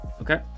Okay